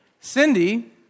Cindy